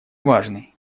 важный